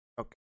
okay